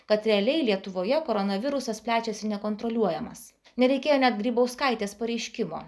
kad realiai lietuvoje koronavirusas plečiasi nekontroliuojamas nereikėjo net grybauskaitės pareiškimo